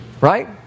Right